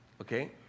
okay